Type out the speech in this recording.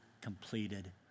completed